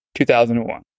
2001